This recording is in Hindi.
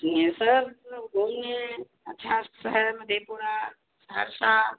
सिंगहेसर घूमने अच्छा शहर मधेपुरा सहरसा